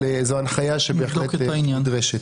אבל זו הנחיה שבהחלט נדרשת.